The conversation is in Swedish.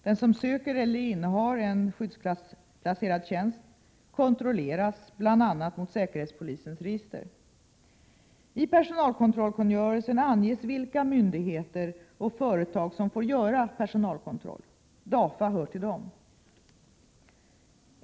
Den som söker eller innehar en skyddsklassplacerad tjänst kontrolleras bl.a. mot säkerhetspolisens register. I personalkontrollkungörelsen anges vilka myndigheter och företag som får göra personalkontroll. DAFA hör till dem.